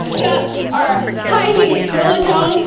got our high-heat silicone,